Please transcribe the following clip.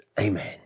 Amen